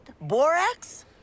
Borax